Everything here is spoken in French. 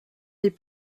des